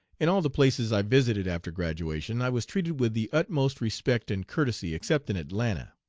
in all the places i visited after graduation i was treated with the utmost respect and courtesy except in atlanta.